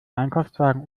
einkaufswagen